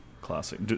Classic